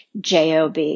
JOB